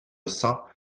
cents